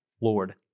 Lord